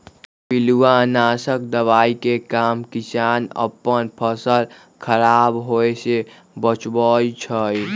पिलुआ नाशक दवाइ के काम किसान अप्पन फसल ख़राप होय् से बचबै छइ